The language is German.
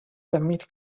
damit